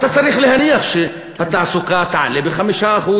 אתה צריך להניח שהתעסוקה תעלה ב-5%,